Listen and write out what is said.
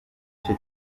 igice